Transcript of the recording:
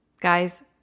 Guys